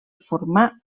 formar